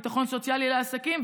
ביטחון סוציאלי לעסקים,